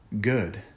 good